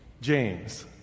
James